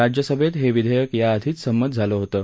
राज्यसभेत हे विधेयक याआधीच संमत झालं होतं